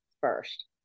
first